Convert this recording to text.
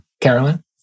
Carolyn